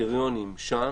הקריטריונים שם,